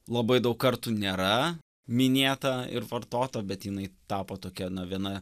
labai daug kartų nėra minėta ir vartota bet jinai tapo tokia nu viena